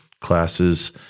classes